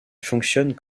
fonctionnent